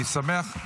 אני שמח.